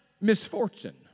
misfortune